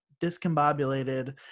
discombobulated